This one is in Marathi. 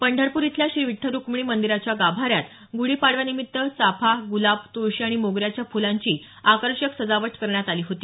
पंढरपूर इथल्या श्री विठ्ठल रुक्मिणी मंदीराच्या गाभाऱ्यात गूढी पाडव्यानिमित्त चाफा गुलाब तुळशी आणि मोगऱ्याच्या फुलांची आकर्षक सजावट करण्यात आली होती